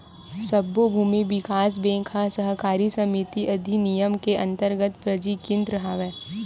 सब्बो भूमि बिकास बेंक ह सहकारी समिति अधिनियम के अंतरगत पंजीकृत हवय